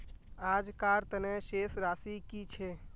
आजकार तने शेष राशि कि छे?